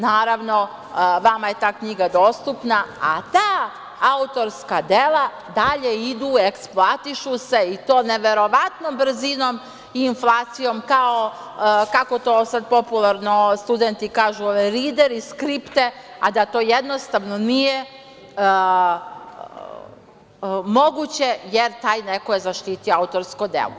Naravno, vama je ta knjiga dostupna, a ta autorska dela dalje idu, eksploatišu se i to neverovatnom brzinom i inflacijom, kao, kako to sad popularno studenti kažu, rideri, skripte, a da to jednostavno nije moguće, jer taj neko je zaštitio autorsko delo.